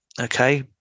okay